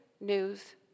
news